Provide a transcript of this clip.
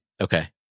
Okay